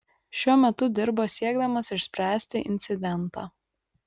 šiuo metu dirba siekdamas išspręsti incidentą